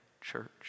church